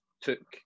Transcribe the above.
took